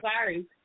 sorry